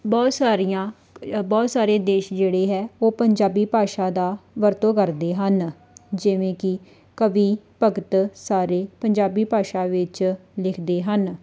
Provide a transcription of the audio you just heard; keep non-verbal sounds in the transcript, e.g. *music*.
ਬਹੁਤ ਸਾਰੀਆਂ *unintelligible* ਬਹੁਤ ਸਾਰੇ ਦੇਸ਼ ਜਿਹੜੇ ਹੈ ਉਹ ਪੰਜਾਬੀ ਭਾਸ਼ਾ ਦਾ ਵਰਤੋਂ ਕਰਦੇ ਹਨ ਜਿਵੇਂ ਕਿ ਕਵੀ ਭਗਤ ਸਾਰੇ ਪੰਜਾਬੀ ਭਾਸ਼ਾ ਵਿੱਚ ਲਿਖਦੇ ਹਨ